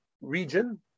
region